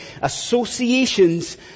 associations